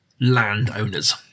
landowners